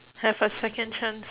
have a second chance